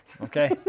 okay